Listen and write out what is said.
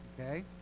okay